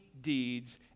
deeds